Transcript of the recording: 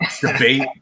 debate